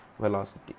velocity